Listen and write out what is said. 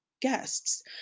guests